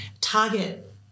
target